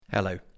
Hello